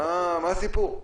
מה הסיפור?